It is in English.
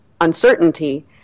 uncertainty